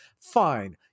fine